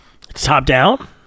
Top-down